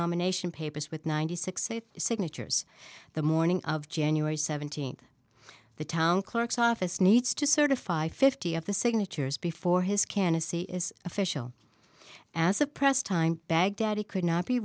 nomination papers with ninety six eight signatures the morning of january seventeenth the town clerk's office needs to certify fifty of the signatures before his candidacy is official as a press time baghdadi could not be